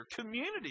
Community